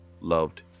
loved